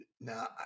Now